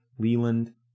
Leland